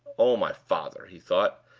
oh, my father! he thought,